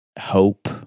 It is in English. hope